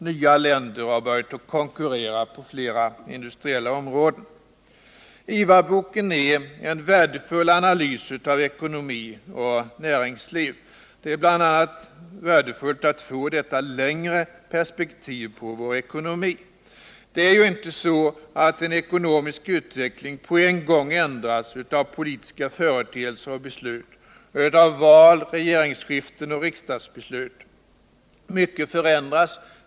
Nya länder har börjat konkurrera på flera industriella områden. IVA-boken innehåller en värdefull analys av ekonomi och näringsliv. Det är bl.a. värdefullt att få detta längre perspektiv på vår ekonomi. Det är inte så att en ekonomisk utveckling på en gång ändras av politiska företeelser och beslut, av val, regeringsskiften och riksdagsbeslut. Mycket förändras.